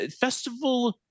Festival